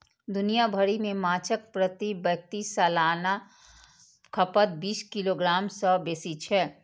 दुनिया भरि मे माछक प्रति व्यक्ति सालाना खपत बीस किलोग्राम सं बेसी छै